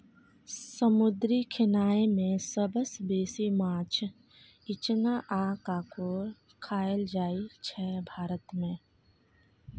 समुद्री खेनाए मे सबसँ बेसी माछ, इचना आ काँकोर खाएल जाइ छै भारत मे